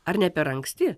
ar ne per anksti